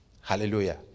Hallelujah